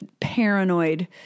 paranoid